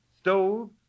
stove